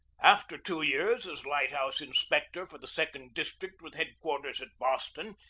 after two years as light-house inspector for the second district, with head-quarters at boston,